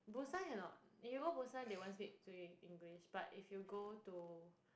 Busan cannot if you go Busan they won't speak to you in English but if you go to